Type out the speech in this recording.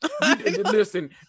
listen